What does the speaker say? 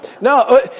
No